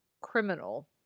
Criminal